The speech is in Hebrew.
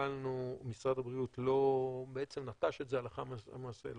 שקיבלנו משרד הבריאות בעצם נטש את זה הלכה למעשה,